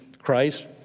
Christ